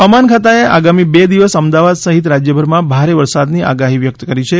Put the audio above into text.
હવામાન ખાતાએ આગમી બે દિવસ અમદાવાદ સહિત રાજ્યભરમાં ભારે વરસાદની આગાહી વ્યક્ત કરી છે